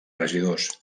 regidors